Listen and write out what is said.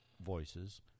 voices